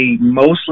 mostly